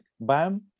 bam